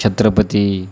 Chhatrapati